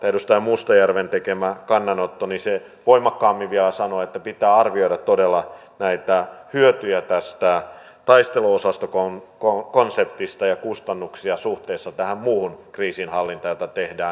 edustaja mustajärven tekemä kannanotto voimakkaammin vielä sanoo että pitää arvioida todella näitä hyötyjä tästä taisteluosastokonseptista ja kustannuksia suhteessa tähän muuhun kriisinhallintaan jota tehdään